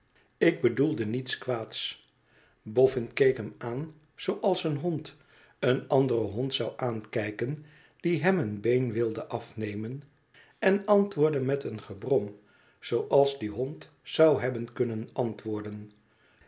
ik bedoelde niets kwaads fiofün keek hem aan zooals een hond een anderen hond zou aankijken die hem een been wilde afnemen en antwoordde met een gebrom zooals die hond zou hebben kunnen antwoorden